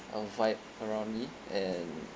uh vibe around me and